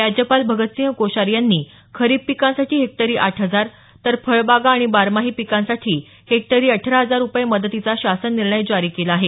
राज्यपाल भगतसिंह कोश्यारी यांनी खरीप पिकांसाठी हेक्टरी आठ हजार तर फळबागा आणि बारमाही पिकांसाठी हेक्टरी अठरा हजार रुपये मदतीचा शासन निर्णय जारी केला आहे